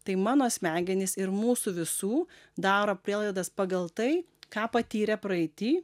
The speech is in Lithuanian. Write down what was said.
tai mano smegenys ir mūsų visų daro prielaidas pagal tai ką patyrė praeity